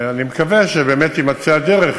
ואני מקווה שבאמת תימצא הדרך,